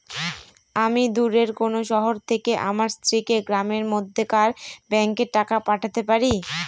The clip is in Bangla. আমি দূরের কোনো শহর থেকে আমার স্ত্রীকে গ্রামের মধ্যেকার ব্যাংকে টাকা পাঠাতে পারি?